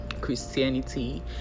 christianity